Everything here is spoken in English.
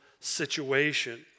situation